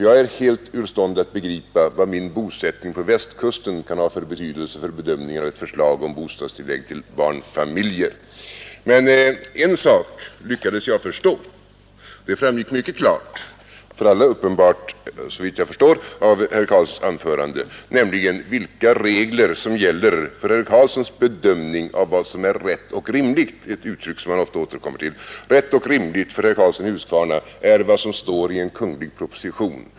Jag är helt ur stånd att begripa vad min bosättning på Västkusten kan ha för betydelse vid bedömningen av ett förslag om bostadstillägg till barnfamiljer. Men en sak lyckades jag förstå. Det blev, såvitt jag förstår, uppenbart för alla genom herr Karlssons anförande vilka regler som gäller för herr Karlssons bedömning av vad som är rätt och rimligt — ett uttryck som han ofta återkommer till. Rätt och rimligt för herr Karlsson i Huskvarna är vad som står i en kunglig proposition.